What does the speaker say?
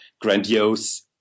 grandiose